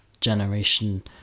generation